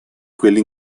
quelli